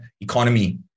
economy